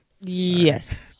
Yes